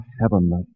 heavenly